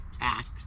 act